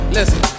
Listen